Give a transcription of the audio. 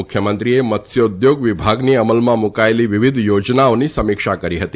મુખ્યમંત્રીએ મત્સ્યોદ્યોગ વિભાગની અમલમાં મુકાયેલી વિવિધ યોજનાઓની સમીક્ષા કરી હતી